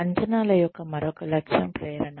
అంచనాల యొక్క మరొక లక్ష్యం ప్రేరణ